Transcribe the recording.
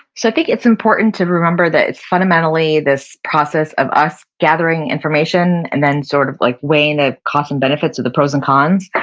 so think it's important to remember that it's fundamentally this process of us gathering information and then sort of like weighing the costs and benefits of the pros and cons,